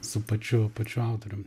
su pačiu pačiu autorium